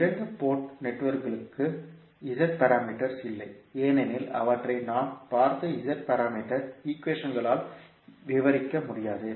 இரண்டு போர்ட் நெட்வொர்க்குகளுக்கு Z parameters இல்லை ஏனெனில் அவற்றை நாம் பார்த்த Z பாராமீட்டர் ஈக்வேஷன்களால் விவரிக்க முடியாது